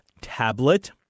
tablet